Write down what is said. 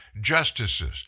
justices